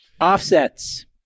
Offsets